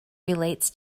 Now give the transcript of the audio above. relates